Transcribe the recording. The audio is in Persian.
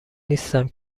نیستم